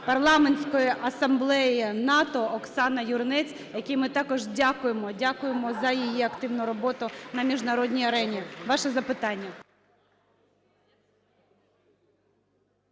Парламентської асамблеї НАТО Оксана Юринець, якій ми також дякуємо. Дякуємо за її активну роботу на міжнародній арені. Ваше запитання.